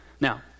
Now